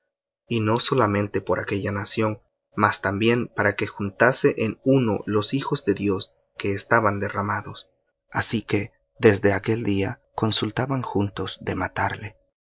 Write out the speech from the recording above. y no solamente por aquella nación mas también para que juntase en uno los hijos de dios que estaban derramados así que desde aquel día consultaban juntos de matarle